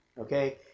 okay